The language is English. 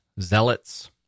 zealots